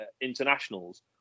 internationals